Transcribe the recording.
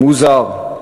מוזר.